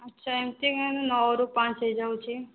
ଆଚ୍ଛା ଏମିତି ନଅରୁ ପାଞ୍ଚ ହୋଇଯାଉଛି